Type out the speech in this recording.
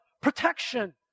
protection